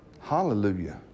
Hallelujah